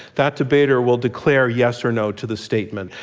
that debater will declare yes or no to the statement.